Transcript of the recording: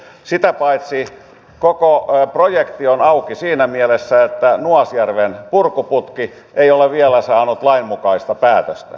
sitä paitsi koko projekti on auki siinä mielessä että nuasjärven purkuputki ei ole vielä saanut lainmukaista päätöstä